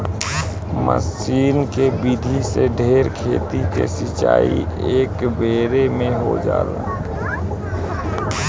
मसीन के विधि से ढेर खेत के सिंचाई एकेबेरे में हो जाला